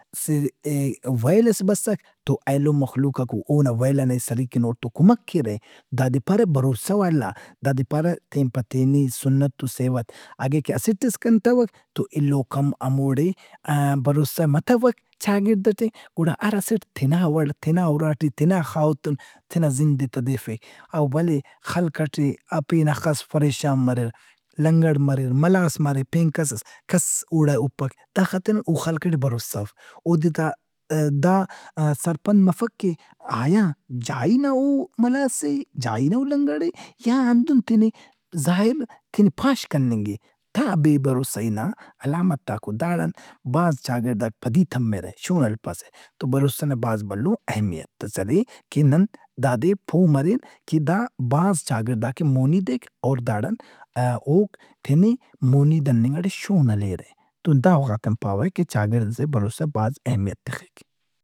اسہ ے- ویل ئس بسک تو ایلو مخلوقاک اونا ویل ئنا ایسری کن اوڑتو کمک کیرہ۔ دادے پارہ بھروسہ والا، دادے پارہ تین پتینی، سنت و سیوت۔ اگہ کہ اسٹ ئس کَنتوک تو ایلوک ہم ہموڑے بھروسہ متووک چاگڑد ئٹے تو ہر اسٹ تینا وڑ، تینا اُراٹے، تینا خاہوت تُن تینا زندئے تدیفک۔ او ولے خلوق ئٹے ا- پین ہخس فریشان مریر، لنگڑ مریر، ملاس مریر پین کسس- کس اوڑائے ہُپّک داخاطران او خلق ئٹے بھروسہ اف۔ اودے دا-م- دا سرپند مفک کہ آیا جائی نا او ملاس اے؟ جائی نا او لنگڑ اے؟ یا ہندن تینے ظاہن- تینے پاش کننگ اے۔ دا بے بھروسہی نا علامتاک او۔ داڑان بھاز چاگڑداک پدی تمّرہ شون ہلپسہ۔ تو بلوچستان نابھاز بھلو اہمیت ئس ارے۔ کہ نن داد ئے پو مرین کہ دا بھاز چاگڑداک ئے مونی دیک۔ او داڑان اوک تینے مونی دننگ ئٹے شون ہلیرہ تو دا وغہ تن پاوہ کہ چاگڑد ئسے کہ بھروسہ بھاز اہمیت تخک۔